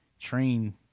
train